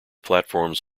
platforms